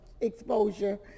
exposure